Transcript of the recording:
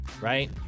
Right